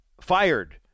fired